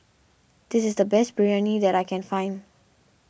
this is the best Biryani that I can find